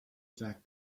fact